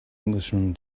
englishman